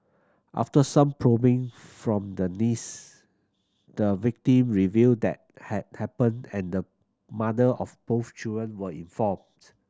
after some probing from the niece the victim revealed that had happened and the mother of both children were informed